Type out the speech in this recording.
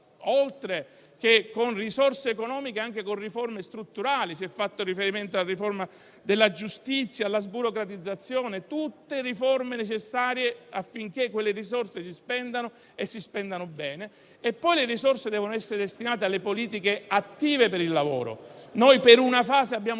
oltre che con risorse economiche anche con riforme strutturali. Si è fatto riferimento alla riforma della giustizia e alla sburocratizzazione, tutte riforme necessarie affinché quelle risorse si spendano e si spendano bene. Altre risorse devono essere destinate alle politiche attive per il lavoro. Per una fase abbiamo sostenuto